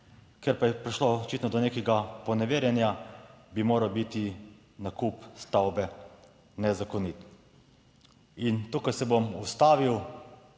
Ker pa je prišlo očitno do nekega poneverjanja, bi moral biti nakup stavbe nezakonit. In tukaj se bom ustavil